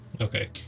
Okay